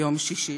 ביום שישי.